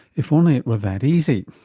if only it were that easy.